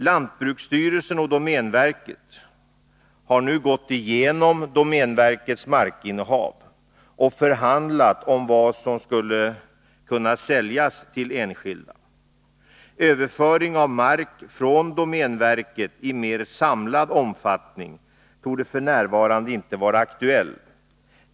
Lantbruksstyrelsen och domänverket har nu gått igenom domänverkets markinnehav och förhandlat om vad som skulle kunna säljas till enskilda. Överföring av mark från domänverket i mer samlad omfattning torde f. n. inte vara aktuell.